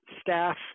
staff